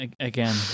again